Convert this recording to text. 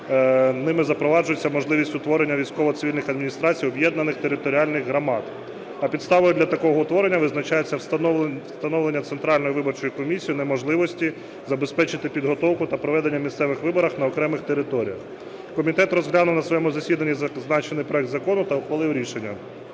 ними запроваджується можливість утворення військово-цивільних адміністрацій об'єднаних територіальних громад. А підставою для такого утворення визначається встановлення Центральною виборчою комісією неможливості забезпечити підготовку та проведення місцевих виборів на окремих територіях. Комітет розглянув на своєму засіданні зазначений проект Закону та ухвалив рішення